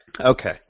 Okay